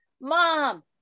mom